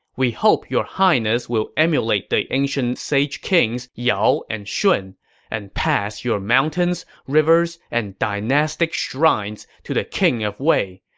we hope your highness will emulate the ancient sage kings yao and shun and pass your mountains, rivers, and dynastic shrines to the king of wei.